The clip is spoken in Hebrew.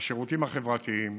והשירותים החברתיים